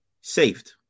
Saved